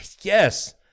Yes